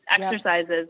exercises